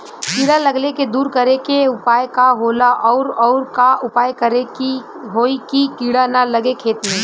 कीड़ा लगले के दूर करे के उपाय का होला और और का उपाय करें कि होयी की कीड़ा न लगे खेत मे?